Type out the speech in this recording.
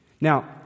Now